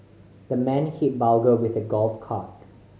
the man hit burglar with a golf club